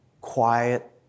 quiet